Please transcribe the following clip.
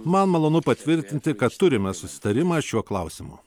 man malonu patvirtinti kad turime susitarimą šiuo klausimu